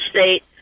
state